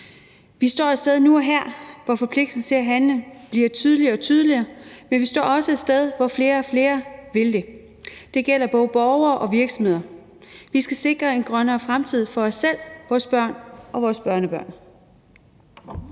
Vi står et sted nu og her, hvor forpligtelsen til at handle bliver tydeligere og tydeligere, men vi står også et sted, hvor flere og flere vil det; det gælder både borgere og virksomheder. Vi skal sikre en grønnere fremtid for os selv, vores børn og vores børnebørn.